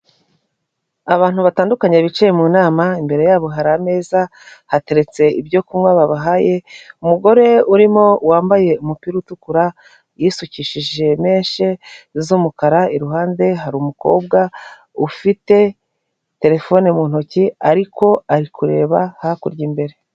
Abantu batandukanye bicaye mu nama, imbere yabo hari ameza hateretse ibyo kunywa babahaye, umugore urimo wambaye umupira utukura, yisukishije meshe z'umukara, iruhande hari umukobwa ufite telefone mu ntoki, ariko ari kureba hakurya imbere.